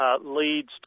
leads